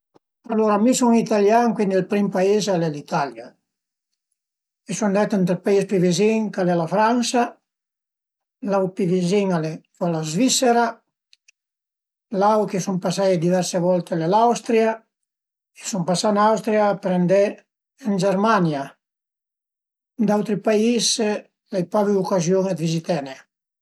Alura mi sun italian cuindi ël prim pais al e l'Italia. I sun andait ënt ël pais pi vizin ch'al e la Fransa, l'aut pi vizin al e la Zvisera, l'aut che sun pasaie diverse volte al e l'Austria e sun pasà ën Austria për andé ën Germania. D'autri pais l'ai pa avü ucaziun dë viziten-e